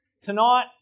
Tonight